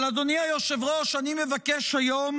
אבל אדוני היושב-ראש, אני מבקש היום